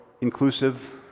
inclusive